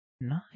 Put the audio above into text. nice